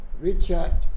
Richard